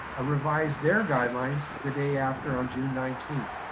ah revised their guidelines the day after on june nineteenth.